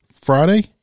Friday